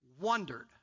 wondered